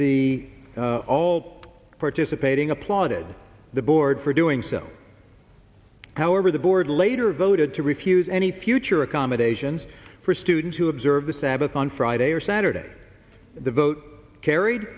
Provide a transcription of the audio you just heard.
the all participating applauded the board for doing so however the board later voted to refuse any future accommodations for students who observe the sabbath on friday or saturday the vote carried